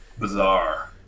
bizarre